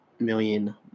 million